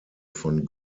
von